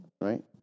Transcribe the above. right